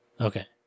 Okay